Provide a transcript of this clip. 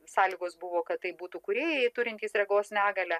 sąlygos buvo kad tai būtų kūrėjai turintys regos negalią